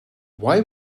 why